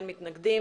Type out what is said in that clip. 4 נגד,